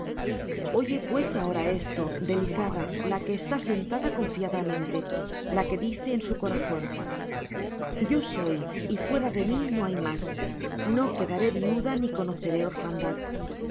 oye pues ahora esto delicada la que está sentada confiadamente la que dice en su corazón yo soy y fuera de mí no hay más no quedaré viuda ni conoceré orfandad